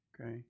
Okay